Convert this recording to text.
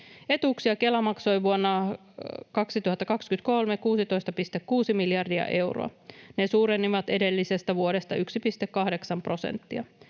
Etuuksia Kela maksoi 16,6 miljardia euroa vuonna 2023. Ne suurenivat edellisestä vuodesta 1,8 prosenttia.